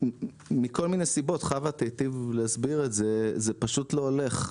מכל מיני סיבות חוה תיטיב להסביר את זה זה פשוט לא הולך,